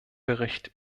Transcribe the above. bericht